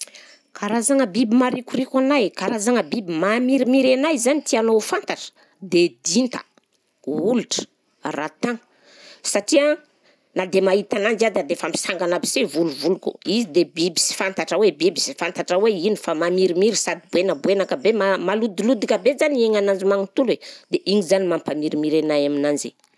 Karazagna biby maharikoriko anahy, karazagna biby mahamirimiry anahy zany tianao ho fantatra, de dinta, olitra, araritany satria na dia mahita ananjy aza dia efa misangana aby se volovoloko, izy de biby sy fantatra hoe biby sy fantatra hoe ino fa mahamirimiry sady boenaboenaka be, ma- malodilodika be zany ny aignananjy magnontolo e, dia igny zany mampamirimiry anahy aminanzy.